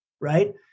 Right